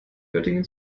göttingen